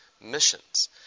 missions